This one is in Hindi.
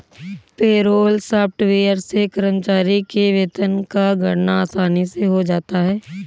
पेरोल सॉफ्टवेयर से कर्मचारी के वेतन की गणना आसानी से हो जाता है